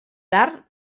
tard